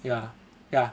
yeah yeah